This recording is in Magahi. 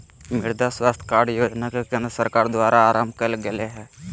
मृदा स्वास्थ कार्ड योजना के केंद्र सरकार द्वारा आरंभ कइल गेल हइ